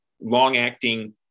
long-acting